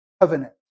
covenant